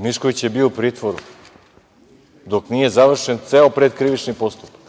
Mišković je bio u pritvoru dok nije završen ceo pretkrivični postupak,